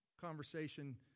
conversation